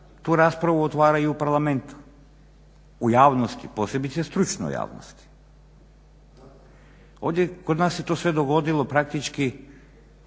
tu raspravu otvara i u Parlamentu, u javnosti, posebice stručnoj javnosti. Ovdje kod nas se to sve dogodilo praktički